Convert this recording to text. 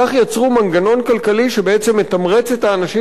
כך יצרו מנגנון כלכלי שבעצם מתמרץ את האנשים